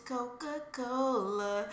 Coca-Cola